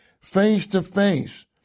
face-to-face